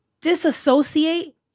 disassociate